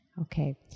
Okay